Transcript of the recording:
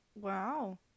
Wow